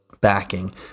backing